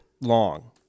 long